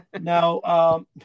Now